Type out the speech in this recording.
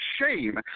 shame